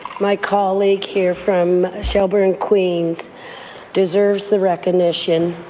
my colleague here from queens-shelburne queens-shelburne deserves the recognition.